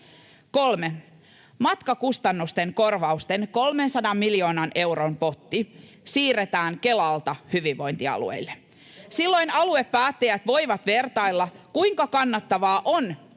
3) Matkakustannusten korvausten 300 miljoonan euron potti siirretään Kelalta hyvinvointialueille. Silloin aluepäättäjät voivat vertailla, kuinka kannattavaa on